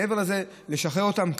לשחרר אותם,